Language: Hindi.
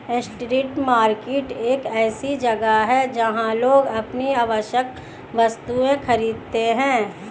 स्ट्रीट मार्केट एक ऐसी जगह है जहां लोग अपनी आवश्यक वस्तुएं खरीदते हैं